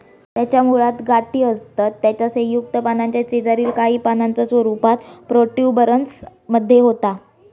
त्याच्या मुळात गाठी असतत त्याच्या संयुक्त पानाच्या शेजारील काही पानांचा रूपांतर प्रोट्युबरन्स मध्ये होता